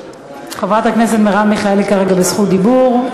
לחברת הכנסת מרב מיכאלי יש כרגע רשות דיבור.